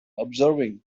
observing